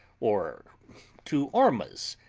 or to ormuz,